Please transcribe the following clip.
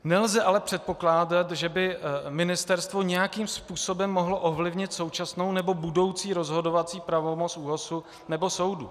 Nelze ale předpokládat, že by ministerstvo nějakým způsobem mohlo ovlivnit současnou nebo budoucí rozhodovací pravomoc ÚOHS nebo soudu.